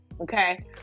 Okay